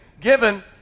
given